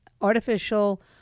artificial